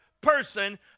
person